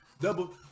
double